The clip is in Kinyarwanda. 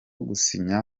gusinya